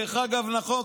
נכון,